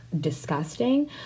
disgusting